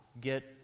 get